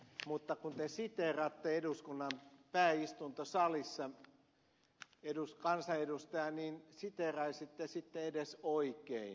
mutta kun te siteeraatte eduskunnan pääistuntosalissa kansanedustajaa niin siteeraisitte sitten edes oikein